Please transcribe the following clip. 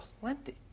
plenty